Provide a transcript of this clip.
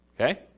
Okay